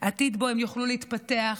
עתיד שבו הם יוכלו להתפתח,